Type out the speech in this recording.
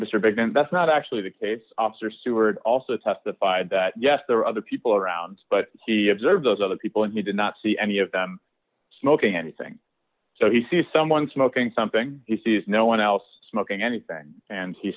and that's not actually the case officer seward also testified that yes there were other people around but he observed those other people and he did not see any of them smoking anything so he sees someone smoking something he sees no one else smoking anything and he